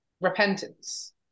repentance